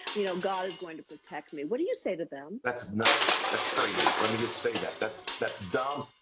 you know, god is going to protect me. what do you say to them that's nuts that's crazy let me just say that that's that's dumb.